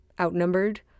outnumbered